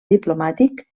diplomàtic